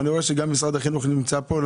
אני רואה שגם אנשי משרד החינוך נמצאים פה.